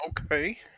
Okay